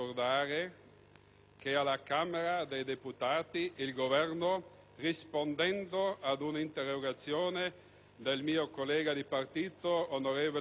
che alla Camera dei deputati il Governo, rispondendo ad un'interrogazione del mio collega di partito, onorevole Brugger,